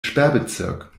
sperrbezirk